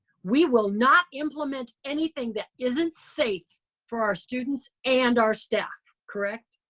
we will not implement anything that isn't safe for our students and our staff, correct?